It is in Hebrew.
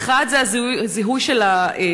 האחד הוא הזיהוי של החסמים,